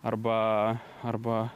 arba arba